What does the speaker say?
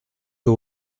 aux